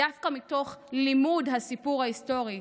דווקא מתוך לימוד הסיפור ההיסטורי,